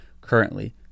currently